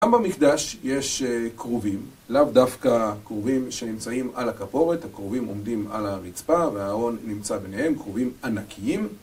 גם במקדש יש כרובים, לאו דווקא כרובים שנמצאים על הכבורת, הכרובים עומדים על הרצפה והארון נמצא ביניהם, כרובים ענקיים